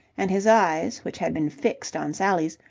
and his eyes, which had been fixed on sally's,